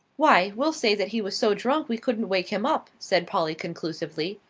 why, we'll say that he was so drunk we couldn't wake him up, said polly conclusively.